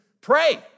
pray